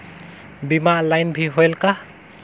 बीमा ऑनलाइन भी होयल का?